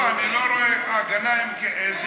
אה, גנאים, כן.